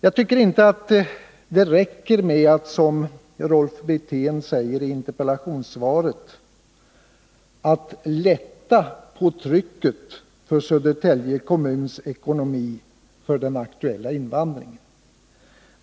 Det räcker inte med att, som Rolf Wirtén säger i interpellationssvaret, ”lätta trycket på Södertälje kommuns ekonomi av den här aktuella invandringen”.